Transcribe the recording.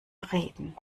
reden